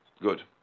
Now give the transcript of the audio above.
Good